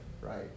right